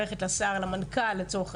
את צריכה לצאת מכאן ללכת למנכ"ל החדש,